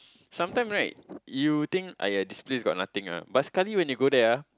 sometime right you think !aiya! this place got nothing ah but sekali when you go there ah